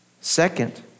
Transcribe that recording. Second